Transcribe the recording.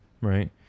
right